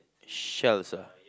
shells ah